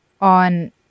on